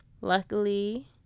luckily